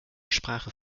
sprache